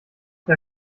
der